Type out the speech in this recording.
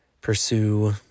pursue